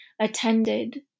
attended